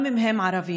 גם אם הם ערבים.